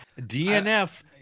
DNF